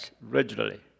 regularly